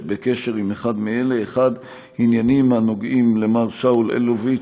בקשר עם אחד מאלה: 1. עניינים הנוגעים למר שאול אלוביץ,